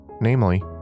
namely